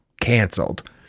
canceled